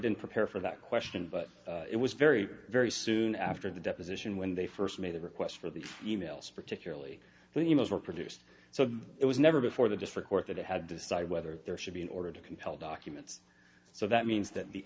didn't prepare for that question but it was very very soon after the deposition when they first made the request for the e mails particularly the e mails were produced so it was never before the district court that it had decided whether there should be an order to compel documents so that means that the